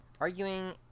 Arguing